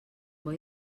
boi